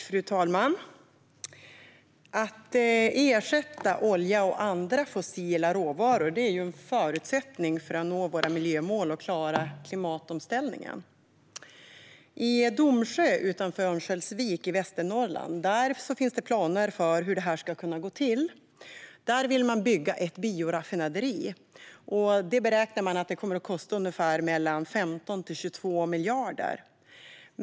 Fru talman! Att ersätta olja och andra fossila råvaror är en förutsättning för att vi ska nå våra miljömål och klara klimatomställningen. I Domsjö, utanför Örnsköldsvik i Västernorrland, finns planer för hur detta ska kunna gå till. Där vill man bygga ett bioraffinaderi. Man beräknar att det kommer att kosta mellan 15 och 22 miljarder.